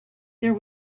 there